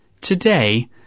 Today